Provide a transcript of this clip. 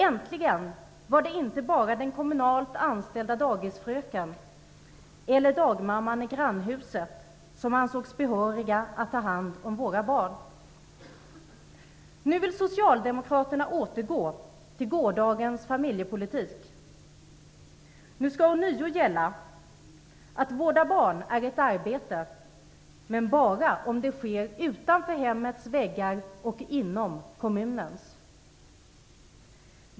Äntligen var det inte bara den kommunalt anställda dagisfröken eller dagmamman i grannhuset som ansågs att behöriga att ta hand om våra barn. Nu vill Socialdemokraterna återgå till gårdagens familjepolitik. Nu skall ånyo gälla: Att vårda barn är ett arbete, men bara om det sker utanför hemmets väggar och inom kommunens.